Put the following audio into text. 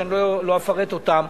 שאני לא אפרט אותן,